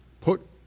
Put